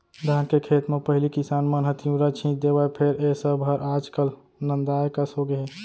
धान के खेत म पहिली किसान मन ह तिंवरा छींच देवय फेर ए सब हर आज काल नंदाए कस होगे हे